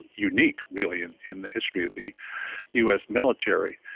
unique, really, in in the history of the u s. military,